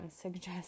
suggest